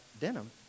denim